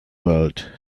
world